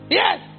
yes